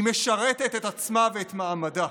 היא משרתת את עצמה ואת מעמדה.